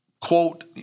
quote